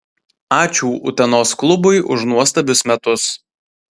ačiū utenos klubui už nuostabius metus